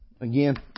Again